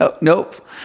nope